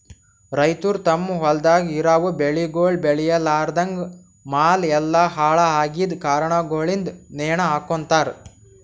ರೈತುರ್ ತಮ್ ಹೊಲ್ದಾಗ್ ಇರವು ಬೆಳಿಗೊಳ್ ಬೇಳಿಲಾರ್ದಾಗ್ ಮಾಲ್ ಎಲ್ಲಾ ಹಾಳ ಆಗಿದ್ ಕಾರಣಗೊಳಿಂದ್ ನೇಣ ಹಕೋತಾರ್